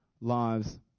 lives